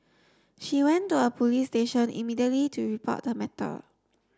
she went to a police station immediately to report the matter